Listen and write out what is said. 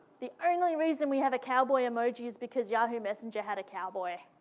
the only reason we have a cowboy emoji is because yahoo messenger had a cowboy.